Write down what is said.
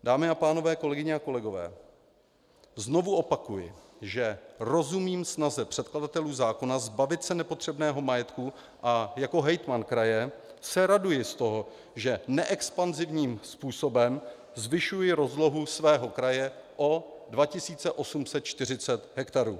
Dámy a pánové, kolegyně a kolegové, znovu opakuji, že rozumím snaze předkladatelů zákona zbavit se nepotřebného majetku a jako hejtman kraje se raduji z toho, že neexpanzivním způsobem zvyšuji rozlohu svého kraje o 2 840 hektarů.